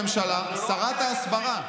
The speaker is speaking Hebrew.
בסוף הייתה שרה אחרת בממשלה, שרת ההסברה,